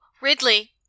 Ridley